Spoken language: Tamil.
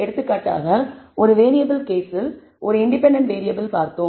எடுத்துக்காட்டாக ஒரு வேறியபிள் கேஸில் ஒரு இண்டிபெண்டன்ட் வேறியபிள் பார்த்தோம்